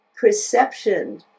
perception